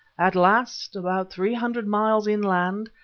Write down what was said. at last, about three hundred miles inland,